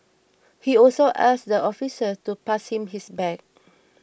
he also asked the officers to pass him his bag